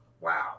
wow